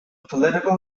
political